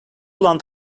olan